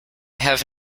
have